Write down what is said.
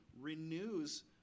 renews